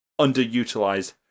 underutilized